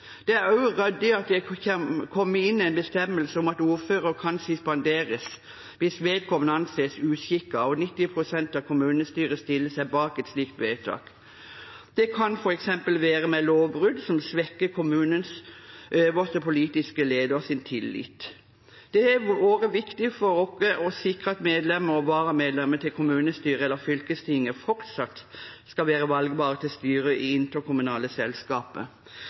Det er også ryddig at det kommer inn en bestemmelse om at ordføreren kan suspenderes hvis vedkommende anses uskikket og 90 pst. av kommunestyret stiller seg bak et slikt vedtak. Det kan f.eks. være med lovbrudd som svekker kommunens øverste politiske leders tillit. Det har vært viktig for oss å sikre at medlemmer og varamedlemmer til kommunestyret eller fylkestinget fortsatt skal være valgbare til styret i interkommunale selskaper.